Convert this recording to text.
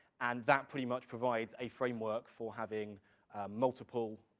and that pretty much provides a framework for having multiple,